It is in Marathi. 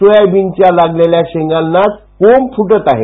सोयाबीनच्या लागलेल्या शेंगानाच कोंब फुटत आहे